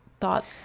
thought